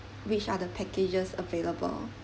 which are the packages available